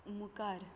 मुखार